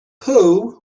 poe